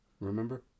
Remember